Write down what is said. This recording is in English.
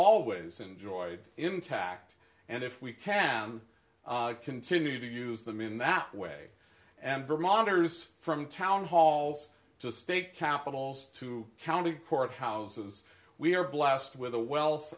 always enjoyed intact and if we can continue to use them in that way and vermonters from town halls to state capitals to county court houses we are blessed with a wealth